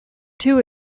too